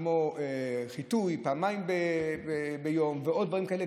כמו חיטוי פעמיים ביום ועוד דברים כאלה,